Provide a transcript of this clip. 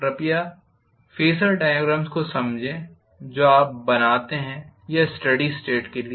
कृपया phasor diagrams को समझें जो आप बनाते हैं या स्टेडी स्टेट के लिए